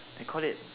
they call it